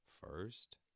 first